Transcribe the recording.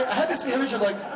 had this image of, like,